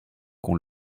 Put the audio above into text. qu’on